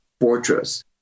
fortress